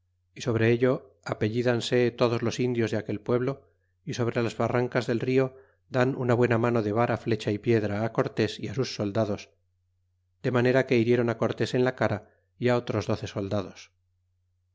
y sobre ello apellidanse todos los indios de aquel pueblo y sobre las barrancas del rio dan una buena mano de vara flecha y piedra cortés y sus soldados de manera que hirieron cortés en la cara y otros doce soldados